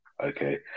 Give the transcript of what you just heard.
Okay